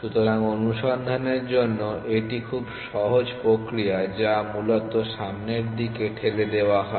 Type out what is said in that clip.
সুতরাং অনুসন্ধানের জন্য এটি একটি খুব সহজ প্রক্রিয়া যা মূলত সামনের দিকে ঠেলে দেওয়া হয়